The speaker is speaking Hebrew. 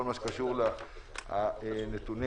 בוקר טוב לכולם.